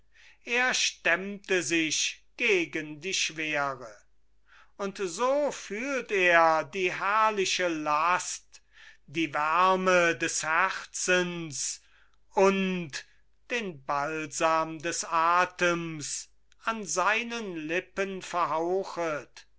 er stemmte sich gegen die schwere und so fühlt er die herrliche last die wärme des herzens und den balsam des atems an seinen lippen verhauchet